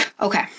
Okay